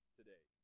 today